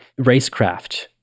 racecraft